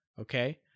Okay